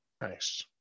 Nice